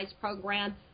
program